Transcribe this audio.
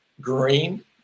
green